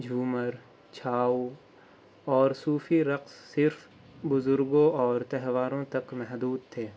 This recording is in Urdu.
جھومر چھاؤ اور صوفی رقص صرف بزرگوں اور تہواروں تک محدود تھے